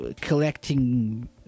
collecting